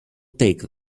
take